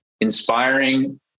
inspiring